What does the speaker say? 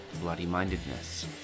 bloody-mindedness